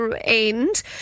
end